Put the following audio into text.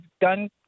done